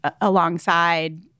alongside